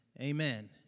amen